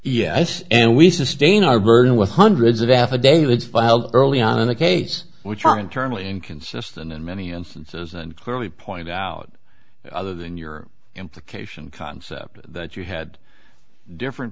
yes and we sustain our burden with hundreds of affidavit filed early on in the case which are internally inconsistent in many instances and clearly point out other than your implication concept that you had different